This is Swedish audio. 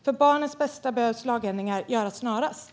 För barnets bästa behöver lagändringar göras snarast.